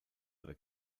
oder